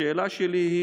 השאלה שלי: